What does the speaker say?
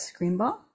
Screenbox